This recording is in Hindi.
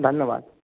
धन्यवाद